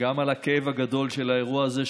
וגם על הכאב הגדול על האירוע הזה,